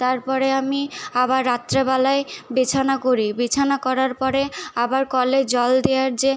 তারপরে আমি আবার রাত্রিবেলায় বিছানা করি বিছানা করার পরে আবার কলে জল দেওয়ার যে